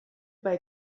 bei